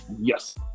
Yes